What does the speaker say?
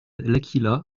laqhila